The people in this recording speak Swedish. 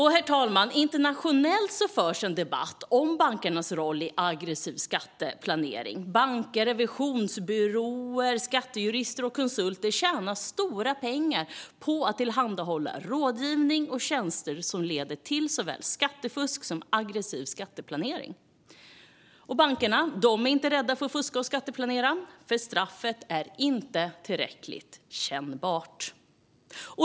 Herr talman! Internationellt förs en debatt om bankernas roll i aggressiv skatteplanering. Banker, revisionsbyråer, skattejurister och konsulter tjänar stora pengar på att tillhandahålla rådgivning och tjänster som leder till såväl skattefusk som aggressiv skatteplanering. Bankerna är inte rädda för att fuska och skatteplanera, för straffet är inte tillräckligt kännbart.